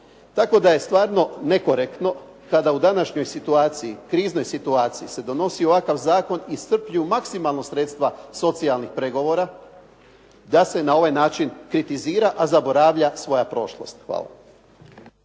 Tako da je stvarno nekorektno kada u današnjoj situaciji, kriznoj situaciji se donosi ovakav zakon iscrpljuju maksimalno sredstava socijalnih pregovora, da se na ovaj način kritizira, a zaboravlja svoja prošlost. Hvala.